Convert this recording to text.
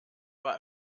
war